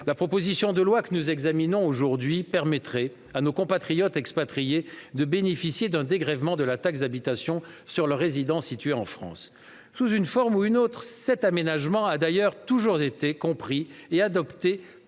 La proposition de loi que nous examinons aujourd'hui permettrait à nos compatriotes expatriés de bénéficier d'un dégrèvement de la taxe d'habitation sur leur résidence située en France. Sous une forme ou une autre, cet aménagement a toujours été compris et adopté